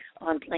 on